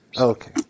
Okay